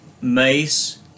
Mace